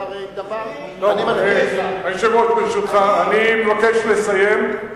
זה הרי דבר, היושב-ראש, ברשותך, אני מבקש לסיים.